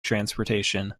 transportation